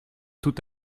tout